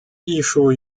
艺术